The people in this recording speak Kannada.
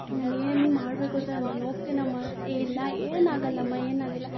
ನಾನೇನು ಮಾಡ್ಬೇಕುಂತಾನೇ ನಾನು ಹೋಗ್ತೀನಮ್ಮಾ ಅಂತೆ ಏ ಇಲ್ಲ ಏನಾಗಲ್ಲಮ್ಮ ಏನಾಗಲ್ಲ